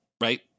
right